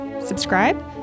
subscribe